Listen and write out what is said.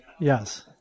Yes